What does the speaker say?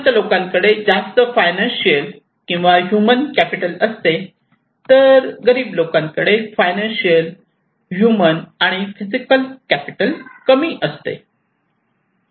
श्रीमंत लोकांकडे जास्त फायनान्शियल ह्यूमन कॅपिटल असते तर गरीब लोकांकडे फायनान्शियल ह्यूमन आणि फिजिकल कॅपिटल कमी असते